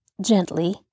gently